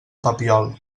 papiol